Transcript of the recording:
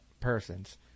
person's